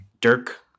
Dirk